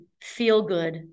feel-good